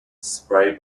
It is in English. spray